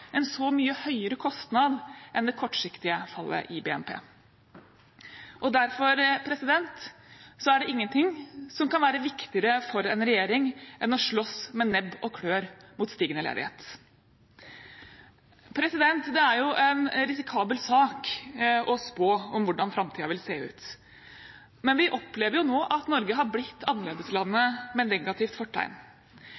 en så mye høyere kostnad enn det kortsiktige fallet i BNP. Derfor er det ingenting som kan være viktigere for en regjering enn å slåss med nebb og klør mot stigende ledighet. Det er jo en risikabel sak å spå om hvordan framtiden vil se ut. Men vi opplever nå at Norge har blitt annerledeslandet med negativt fortegn.